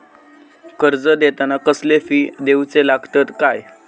कर्ज घेताना कसले फी दिऊचे लागतत काय?